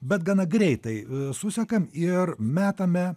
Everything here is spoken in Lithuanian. bet gana greitai susekam ir metame